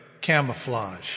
camouflage